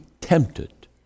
tempted